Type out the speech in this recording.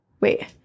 Wait